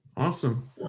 Awesome